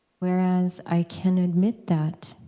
whereas i can admit that